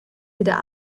wieder